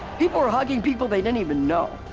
people are hugging people they didn't even know,